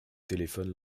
téléphone